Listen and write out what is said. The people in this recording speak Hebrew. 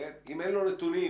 אם אין לו נתונים,